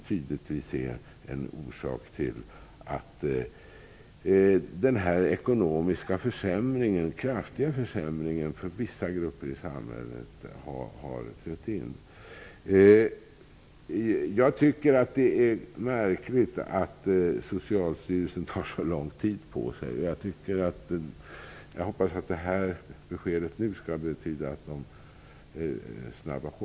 Tydligen är det en av orsakerna till att den kraftiga ekonomiska försämringen för vissa grupper i samhället har trätt in. Det är märkligt att Socialstyrelsen tar så lång tid på sig. Men jag hoppas att det besked som vi nu fått kommer att betyda att man snabbar på.